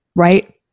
Right